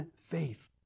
faith